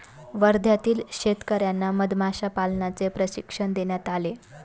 वर्ध्यातील शेतकर्यांना मधमाशा पालनाचे प्रशिक्षण देण्यात आले